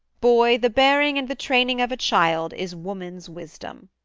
boy, the bearing and the training of a child is woman's wisdom